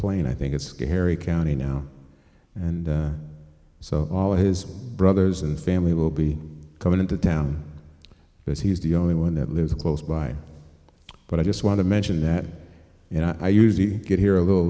plain i think it's scary county now and so all his brothers and family will be coming into town because he's the only one that lives close by but i just want to mention that you know i usually get here a little